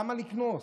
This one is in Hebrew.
למה לקנוס?